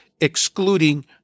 excluding